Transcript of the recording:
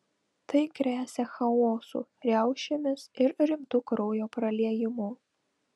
tai gresia chaosu riaušėmis ir rimtu kraujo praliejimu